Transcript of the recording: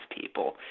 people